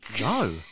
No